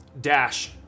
dash